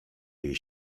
jej